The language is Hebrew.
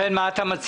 לכן מה אתה מציע?